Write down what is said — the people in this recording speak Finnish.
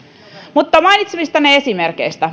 mutta mainitsemistanne esimerkeistä